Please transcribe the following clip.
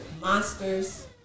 Monsters